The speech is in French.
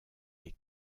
les